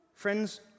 Friends